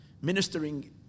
ministering